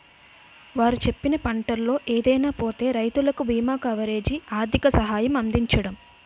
వారు చెప్పిన పంటల్లో ఏదైనా పోతే రైతులకు బీమా కవరేజీ, ఆర్థిక సహాయం అందించడం